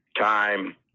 time